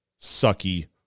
sucky